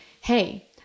hey